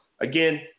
Again